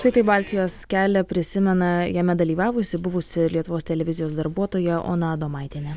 štai taip baltijos kelią prisimena jame dalyvavusi buvusi lietuvos televizijos darbuotoja ona adomaitienė